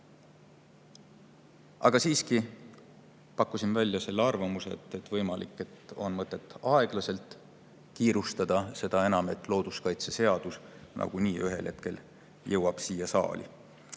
Aga siiski pakkusin välja arvamuse, et võimalik, et on mõtet aeglaselt kiirustada, seda enam, et looduskaitseseadus nagunii ühel hetkel jõuab siia saali. Kahe